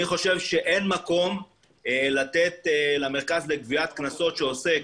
אני חושב שאין מקום לתת למרכז לגביית קנסות שעוסק